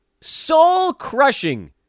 Soul-crushing